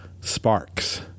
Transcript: Sparks